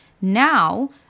Now